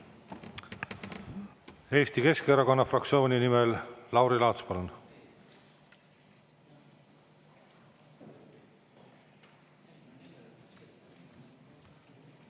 Eesti Keskerakonna fraktsiooni nimel Lauri Laats, palun!